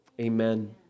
Amen